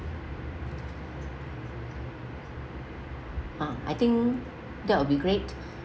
ah I think that will be great